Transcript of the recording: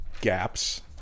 gaps